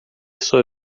sua